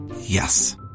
Yes